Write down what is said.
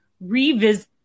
revisit